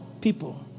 people